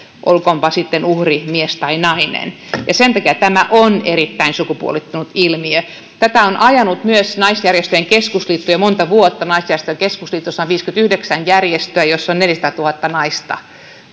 olkoonpa uhri sitten mies tai nainen sen takia tämä on erittäin sukupuolittunut ilmiö tätä on ajanut myös naisjärjestöjen keskusliitto jo monta vuotta naisjärjestöjen keskusliitossa on viisikymmentäyhdeksän järjestöä joissa on neljäsataatuhatta naista